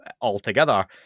altogether